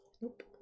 Nope